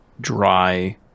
dry